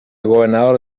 gobernador